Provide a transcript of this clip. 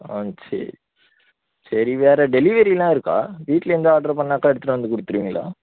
ஆ சரி சரி வேறு டெலிவரியெலாம் இருக்கா வீட்டிலேருந்து ஆர்டர் பண்ணிணாக்கா எடுத்துட்டு வந்து கொடுத்துருவீங்களா